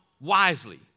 wisely